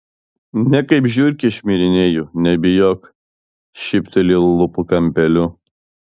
ne kaip žiurkė šmirinėju nebijok šypteli lūpų kampeliu